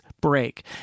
break